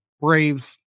Braves